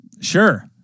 sure